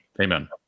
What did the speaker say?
Amen